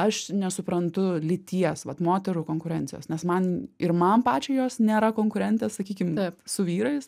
aš nesuprantu lyties vat moterų konkurencijos nes man ir man pačiai jos nėra konkurentės sakykim su vyrais